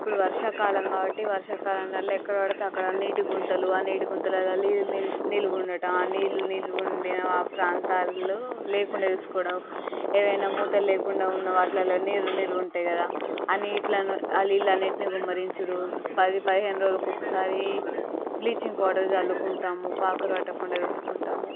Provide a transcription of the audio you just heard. ఇప్పుడు వర్షాకాలం కాబట్టి వర్షాకాలంలో ఎక్కడ పడితే అక్కడ నీటి గుంటలు ఆ నీటి గుంటలలో నీళ్ళు నిల్వ నిల్వ ఉండటం ఆ నీళ్ళు నిల్వ ఉండి ఆ ప్రాంతాలు లేకుండా చూసుకోవడం ఏమైనా మూతలు లేకుండా ఉన్న వాటిలో నీరు నిల్వ ఉంటాయి కదా ఆ నీటిని ఆ నీళ్ళు అన్నింటిని గుమ్మరించుడు పది పదిహేను రోజులకు ఒకసారి బ్లీచింగ్ పౌడర్ చల్లుకుంటాము పాకలు పట్టకుండా చూసుకుంటాము